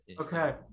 Okay